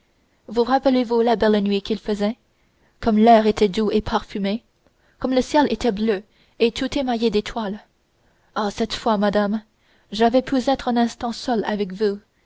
vous rappelez-vous la belle nuit qu'il faisait comme l'air était doux et parfumé comme le ciel était bleu et tout émaillé d'étoiles ah cette fois madame j'avais pu être un instant seul avec vous